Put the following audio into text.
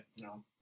No